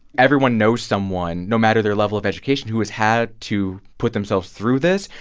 everyone knows someone, no matter their level of education, who has had to put themselves through this,